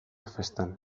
festan